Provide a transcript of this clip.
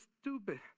stupid